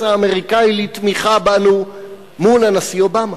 האמריקני לתמיכה בנו מול הנשיא אובמה.